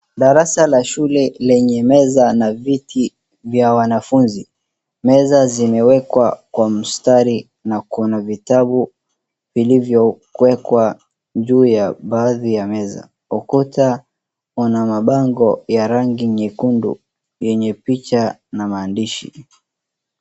Darasa la shule lenye meza na viti vya wanafunzi. Meza zimewekwa kwa mstari na kuna vitabu vilivyowekwa juu ya baadhi ya meza. Ukuta una mabango ya rangi nyekundu, yenye picha na maandishi.